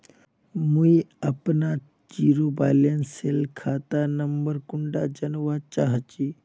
मुई अपना zero balance सेल खाता नंबर कुंडा जानवा चाहची?